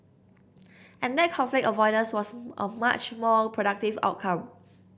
and that conflict avoidance was a much more productive outcome